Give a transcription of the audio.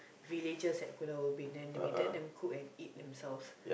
villagers at Pulau-Ubin then we let them cook and eat themselves